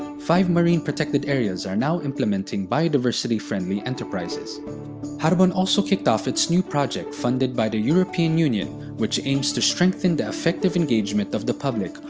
five marine protected areas are now implementing biodiversity-friendly enterprise. haribon also kicked off its new project funded by the european union which aims to strengthen the effective engagement of the public,